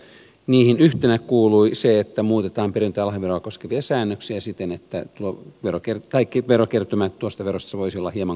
niihin yhtenä kuului se että muutetaan perintö ja lahjaveroa koskevia säännöksiä siten että verokertymä tuosta verosta voisi olla hieman korkeampi